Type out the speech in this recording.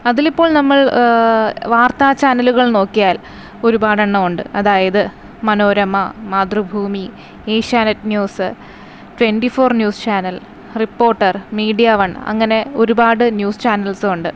അതിൽ ഇപ്പോൾ നമ്മൾ വാർത്താ ചാനലുകൾ നോക്കിയാൽ ഒരുപാട് എണ്ണമുണ്ട് അതായത് Manorama Mathrubhumi Asianet news twenty four news channel reporter MediaOne അങ്ങനെ ഒരുപാട് ന്യൂസ് ചാനൽസു ഒണ്ട്